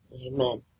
Amen